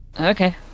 Okay